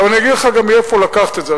אני גם אגיד לך מאיפה לקחת את זה.